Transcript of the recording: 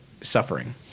suffering